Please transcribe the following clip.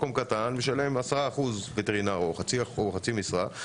מקום קטן משלם 10% וטרינר או חצי משרה,